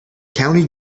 county